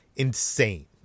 insane